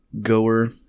goer